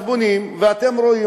אז בונים ואתם רואים.